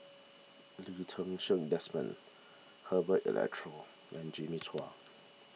Lee Ti Seng Desmond Herbert Eleuterio and Jimmy Chua